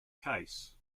case